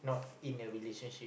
not in a relationship